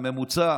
הממוצע